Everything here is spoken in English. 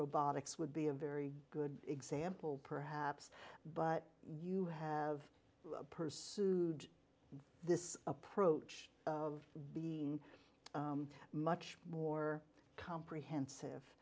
robotics would be a very good example perhaps but you have pursued this approach of being much more comprehensive